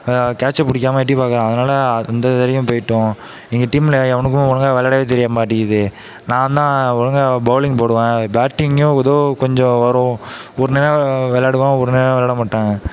கேட்ச பிடிக்காமல் எட்டி பார்க்குறான் அதனால் அந்த இதுலையும் பேயிட்டோம் எங்கள் டீம்மில் எவனுக்கும் ஒழுங்காக விளையாடவே தெரிய மாட்டிங்கிது நான் தான் ஒழுங்காகா பவுலிங் போடுவேன் பேட்டிங்கும் ஏதோ கொஞ்சம் வரும் ஒரு நேரம் விளையாடுவன் ஒரு நேரம் விளையாட மாட்டேன்